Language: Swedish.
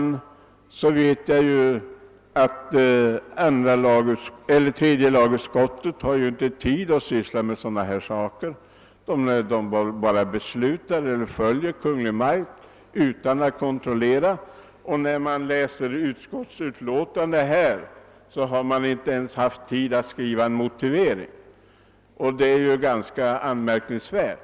Nu vet jag ju, herr talman, att tredje lagutskottet inte har tid att syssla med sådana frågor. Man endast beslutar eller följer Kungl. Maj:t utan att kontrollera. När vi läser utskottsutlåtandet finner vi att man inte ens haft tid att skriva en motivering. Det är ju ganska anmärkningsvärt.